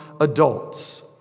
adults